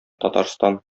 татарстан